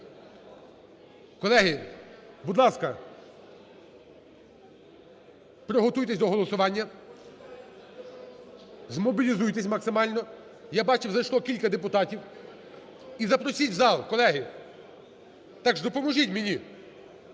Колеги, будь ласка, приготуйтесь до голосування, змобілізуйтесь максимально. Я бачив, зайшло кілька депутатів, і запросіть в зал, колеги. Також допоможіть мені,